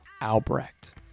Albrecht